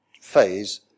phase